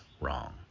wrong